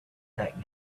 that